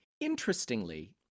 Interestingly